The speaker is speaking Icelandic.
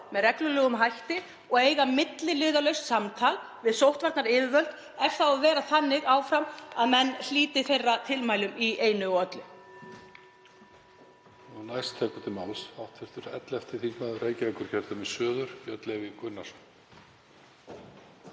með reglulegum hætti og eiga milliliðalaust samtal við sóttvarnayfirvöld, ef það á að vera þannig áfram að menn hlíti þeirra tilmælum í einu og öllu.